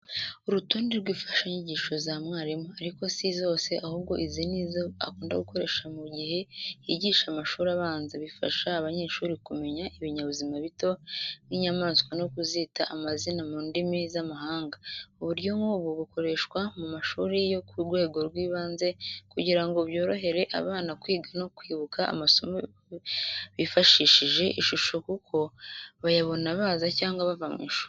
Urutonde rw'imfashanyigisho za mwarimu, ariko si zose ahubwo izi ni izo akunda gukoresha mu gihe yigisha amashuri abanza. Bifasha abanyeshuri kumenya ibinyabuzima bito nk’inyamaswa no kuzita amazina mu ndimi z’amahanga. Uburyo nk’ubu bukoreshwa mu mashuri yo ku rwego rw’ibanze kugira ngo byorohere abana kwiga no kwibuka amasomo bifashishije ishusho kuko bayabona baza cyangwa bava mu ishuri.